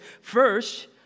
First